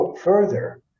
further